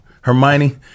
Hermione